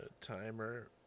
timer